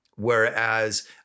Whereas